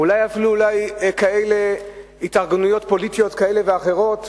אולי אפילו התארגנויות פוליטיות כאלה ואחרות,